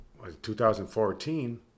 2014